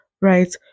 right